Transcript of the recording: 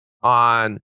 on